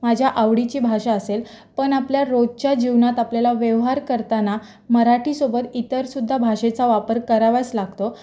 माझ्या आवडीची भाषा असेल पण आपल्या रोजच्या जीवनात आपल्याला व्यवहार करताना मराठीसोबत इतरसुद्धा भाषेचा वापर करावाच लागतो